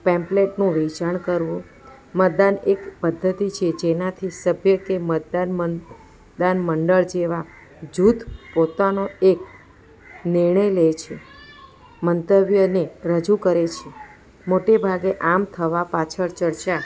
પેમ્પલેટનું વેચાણ કરવું મતદાન એક પદ્ધતિ છે જેનાથી સભ્ય કે મતદાન મન મતદાન મંડળ જેવા જૂથ પોતાનો એક નિર્ણય લે છે મંતવ્યોને રજૂ કરે છે મોટે ભાગે આમ થવા પાછળ ચર્ચા